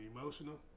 Emotional